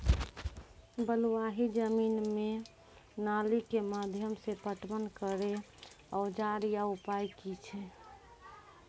बलूआही जमीन मे नाली के माध्यम से पटवन करै औजार या उपाय की छै?